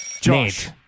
Josh